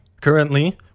Currently